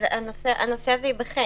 הנושא ייבחן.